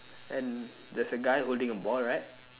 and there's a guy holding a ball right